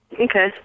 Okay